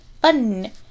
Button